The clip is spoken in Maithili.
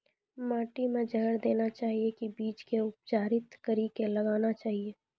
माटी मे जहर देना चाहिए की बीज के उपचारित कड़ी के लगाना चाहिए?